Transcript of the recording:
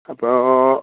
അപ്പോൾ